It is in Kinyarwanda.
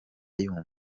yumva